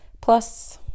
plus